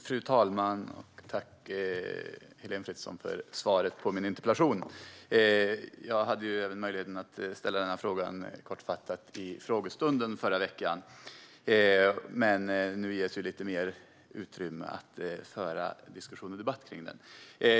Fru talman! Tack, Heléne Fritzon, för svaret på min interpellation! Jag hade ju även möjlighet att ställa denna fråga kortfattat under frågestunden förra veckan, men nu ges lite mer utrymme att föra diskussion och debatt kring den.